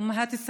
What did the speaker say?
האימהות שלנו,